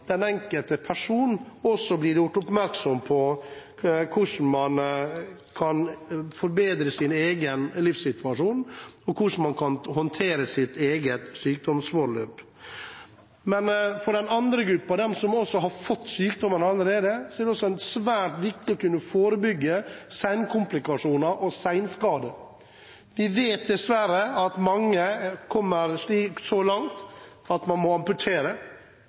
den enkelte person blir gjort oppmerksom på hvordan man kan forbedre sin egen livssituasjon, og hvordan man kan håndtere sitt eget sykdomsforløp. For den andre gruppen, de som allerede har fått sykdommen, er det svært viktig å kunne forebygge senkomplikasjoner og senskader. Vi vet dessverre at mange kommer så langt at de må